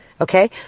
Okay